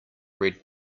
red